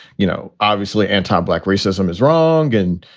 you know, obviously anti black racism is wrong. and,